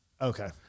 Okay